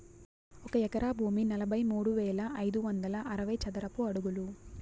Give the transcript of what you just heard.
ఒక ఎకరా భూమి నలభై మూడు వేల ఐదు వందల అరవై చదరపు అడుగులు